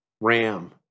Ram